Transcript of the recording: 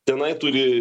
tenai turi